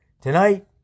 Tonight